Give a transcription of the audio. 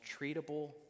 treatable